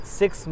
six